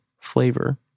flavor